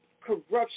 corruption